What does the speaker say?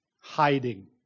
Hiding